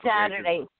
Saturday